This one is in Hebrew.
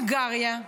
והונגריה.